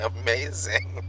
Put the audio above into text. Amazing